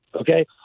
Okay